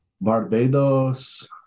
Barbados